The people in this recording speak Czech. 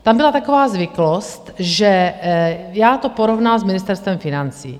Tam byla taková zvyklost, že já to porovnám s Ministerstvem financí.